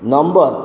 number